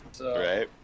Right